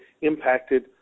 impacted